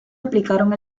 aplicaron